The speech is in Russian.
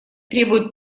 требует